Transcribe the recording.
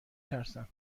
ترسم